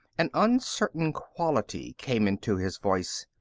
an uncertain quality came into his voice.